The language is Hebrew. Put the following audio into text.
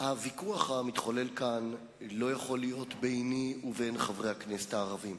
הוויכוח המתחולל כאן לא יכול להיות ביני ובין חברי הכנסת הערבים.